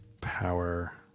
power